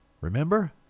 remember